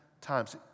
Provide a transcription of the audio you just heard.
times